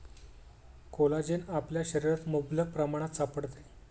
collagen आपल्या शरीरात मुबलक प्रमाणात सापडते